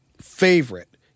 favorite